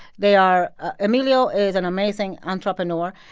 they are emilio is an amazing entrepreneur,